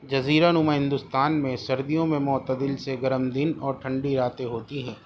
جزیرہ نما ہندوستان میں سردیوں میں معتدل سے گرم دن اور ٹھنڈی راتیں ہوتی ہیں